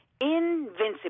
invincible